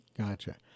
Gotcha